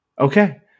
Okay